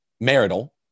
marital